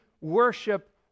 worship